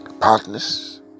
partners